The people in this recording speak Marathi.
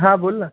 हा बोलना